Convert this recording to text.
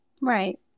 Right